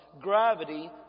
gravity